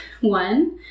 one